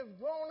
grown